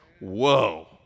whoa